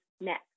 next